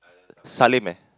Salim eh